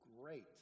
great